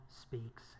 speaks